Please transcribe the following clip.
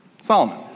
Solomon